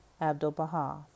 Abdu'l-Baha